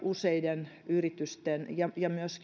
useiden yritysten ja myös